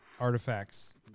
artifacts